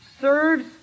serves